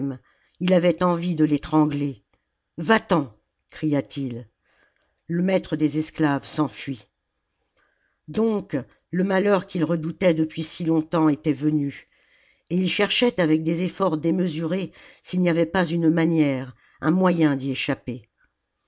il avait envie de l'étrangler va-t'en cria-t-il le maître des esclaves s'enfuit donc le malheur qu'il redoutait depuis si longtemps était venu et il cherchait avec des efforts démesurés s'il n'y avait pas une manière un moyen d'y échapper